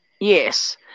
Yes